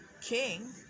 king